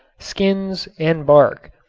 skins and bark.